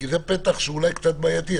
זה פתח שהוא אולי קצת בעייתי,